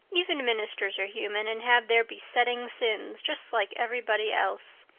even ministers are human and have their besetting sins just like everybody else.